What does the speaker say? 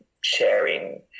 sharing